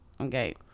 okay